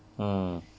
mm